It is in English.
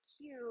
cute